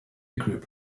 group